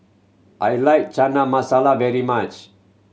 I like Chana Masala very much